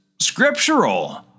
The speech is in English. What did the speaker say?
scriptural